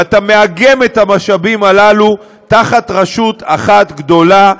ואתה מאגם את המשאבים הללו תחת רשות אחת גדולה,